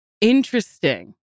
interesting